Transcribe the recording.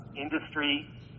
industry